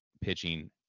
pitching